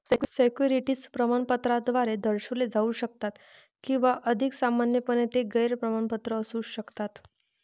securities प्रमाणपत्राद्वारे दर्शविले जाऊ शकतात किंवा अधिक सामान्यपणे, ते गैर प्रमाणपत्र असू शकतात